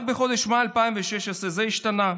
רק בחודש מאי 2016 זה השתנה,